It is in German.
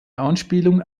anspielung